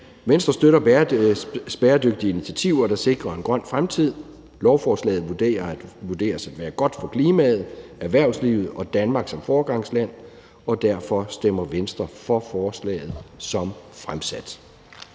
Venstre støtter bæredygtige initiativer, der sikrer en grøn fremtid. Lovforslaget vurderes at være godt for klimaet, erhvervslivet og Danmark som foregangsland, og derfor stemmer Venstre for forslaget som fremsat.